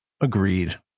Agreed